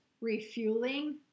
refueling